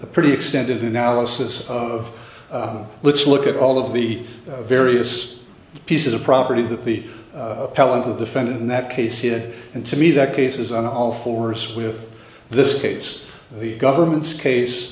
a pretty extended analysis of let's look at all of the various pieces of property that the calendar defendant in that case did and to me that cases on all fours with this case the government's case